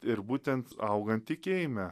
ir būtent augant tikėjime